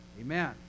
Amen